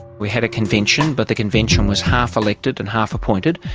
we had a convention but the convention was half elected and half appointed,